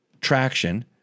traction